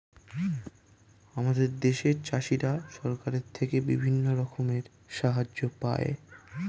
আমাদের দেশের চাষিরা সরকারের থেকে বিভিন্ন রকমের সাহায্য পায়